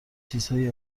چیزهایی